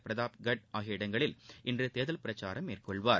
பிரதாப்கட் ஆகிய இடங்களில் இன்று தேர்தல் பிரச்சாரம் மேற்கொள்வார்